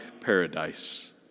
paradise